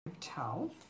towel